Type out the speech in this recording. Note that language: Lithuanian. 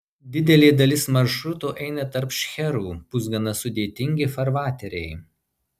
didelė dalis maršruto eina tarp šcherų bus gana sudėtingi farvateriai